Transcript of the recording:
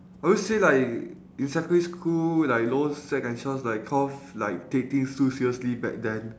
I would say like in secondary school like lower sec and so I was like cause like take things so seriously back then